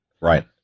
Right